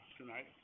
tonight